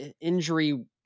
injury